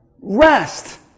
Rest